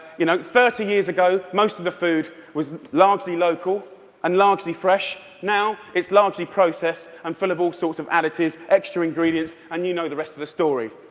you know thirty years ago, most of the food was largely local and largely fresh. now it's largely processed and full of all sorts of additives, extra ingredients, and you know the rest of the story.